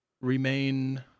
remain